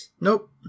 Nope